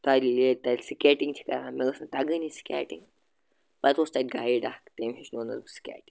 ییٚلہِ سِکیٹنٛگ چھِ کَران مےٚ ٲس نہٕ تَگانٕے سِکیٹنٛگ پَتہٕ اوس تَتہِ گایِڈ اَکھ تٔمۍ ہیٚچھنونَس بہٕ سِکیٹِنٛگ